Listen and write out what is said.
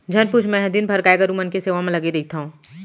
झन पूछ मैंहर दिन भर गाय गरू मन के सेवा म लगे रइथँव